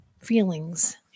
feelings